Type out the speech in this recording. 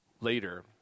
Later